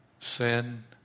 Sin